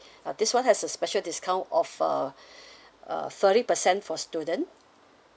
uh this [one] has a special discount of a uh thirty percent for student